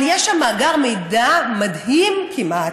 יש שם מאגר מידע מדהים כמעט,